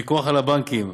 הפיקוח על הבנקים